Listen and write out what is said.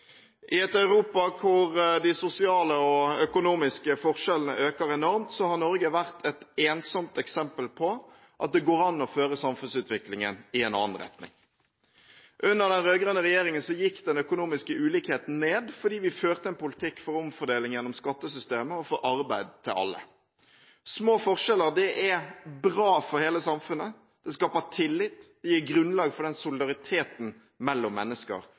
I et Europa hvor de sosiale og økonomiske forskjellene øker enormt, har Norge vært et ensomt eksempel på at det går an å føre samfunnsutviklingen i en annen retning. Under den rød-grønne regjeringen gikk den økonomiske ulikheten ned fordi vi førte en politikk for omfordeling gjennom skattesystemet og for arbeid til alle. Små forskjeller er bra for hele samfunnet, det skaper tillit og gir grunnlag for den solidariteten mellom mennesker